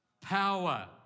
Power